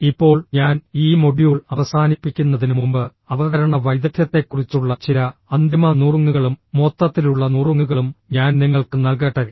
ഇപ്പോൾ ഞാൻ ഈ മൊഡ്യൂൾ അവസാനിപ്പിക്കുന്നതിന് മുമ്പ് അവതരണ വൈദഗ്ധ്യത്തെക്കുറിച്ചുള്ള ചില അന്തിമ നുറുങ്ങുകളും മൊത്തത്തിലുള്ള നുറുങ്ങുകളും ഞാൻ നിങ്ങൾക്ക് നൽകട്ടെ